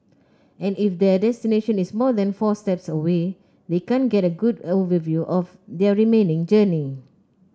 and if their destination is more than four stops away they can't get a good overview of their remaining journey